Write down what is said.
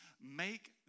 make